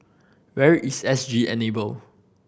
where is S G Enable